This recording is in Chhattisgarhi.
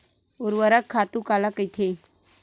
ऊर्वरक खातु काला कहिथे?